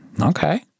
Okay